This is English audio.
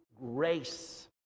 grace